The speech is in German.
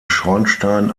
schornstein